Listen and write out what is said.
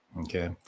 Okay